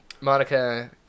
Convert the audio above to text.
Monica